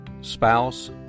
spouse